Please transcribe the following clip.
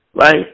right